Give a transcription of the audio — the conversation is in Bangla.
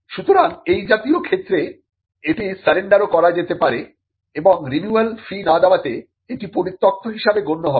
সুতরাং এই জাতীয় ক্ষেত্রে এটি সারেন্ডারও করা যেতে পারে এবং রিনিউয়াল ফি না দেওয়াতে এটি পরিত্যক্ত হিসেবে গণ্য হবে